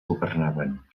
governaven